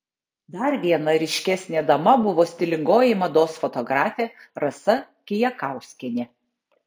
dar viena ryškesnė dama buvo stilingoji mados fotografė rasa kijakauskienė